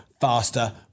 faster